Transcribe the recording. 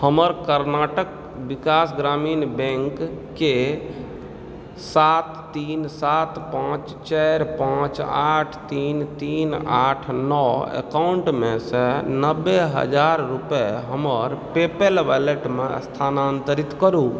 हमर कर्नाटक विकास ग्रामीण बैंकके सात तीन सात पाँच चारि पाँच आठ तीन तीन आठ नओ एकाउन्टमेसँ नब्बे हजार रुपैआ हमर पेपैल वैलेटमे स्थानान्तरित करू